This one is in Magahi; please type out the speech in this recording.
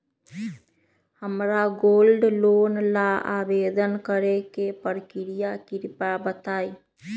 हमरा गोल्ड लोन ला आवेदन करे के प्रक्रिया कृपया बताई